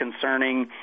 concerning